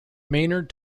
maynard